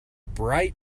bright